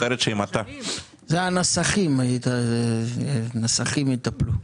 זה הנסחים יטפלו.